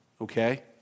okay